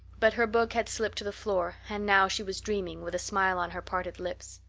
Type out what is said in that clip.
but her book had slipped to the floor, and now she was dreaming, with a smile on her parted lips.